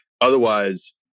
Otherwise